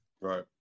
Right